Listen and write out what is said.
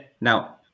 Now